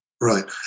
Right